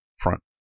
front